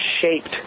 shaped